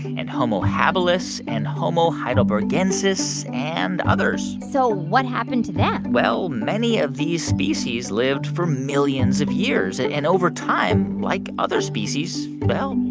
and homo habilis, and homo heidelbergensis and others so what happened to them? well, many of these species lived for millions of years. and and over time, like other species, well,